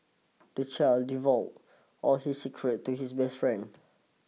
the child divulged all his secrets to his best friend